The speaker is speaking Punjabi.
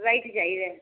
ਵਾਈਟ ਚਾਹੀਦਾ